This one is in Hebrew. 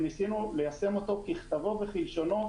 וניסינו ליישם אותו ככתבו וכלשונו,